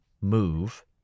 move